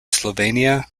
slovenia